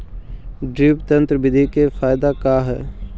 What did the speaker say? Drip तन्त्र बिधि के फायदा का है?